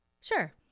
Sure